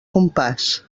compàs